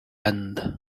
end